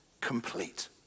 complete